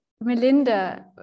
Melinda